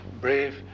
brave